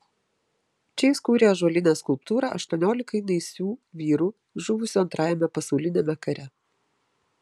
čia jis kūrė ąžuolinę skulptūrą aštuoniolikai naisių vyrų žuvusių antrajame pasauliniame kare